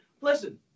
Listen